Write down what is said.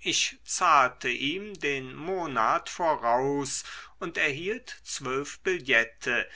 ich zahlte ihm den monat voraus und erhielt zwölf billette